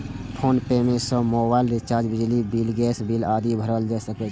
PhonePe सं mobile recharge, बिजली bill, gas bill आदि भरल जा सकै छै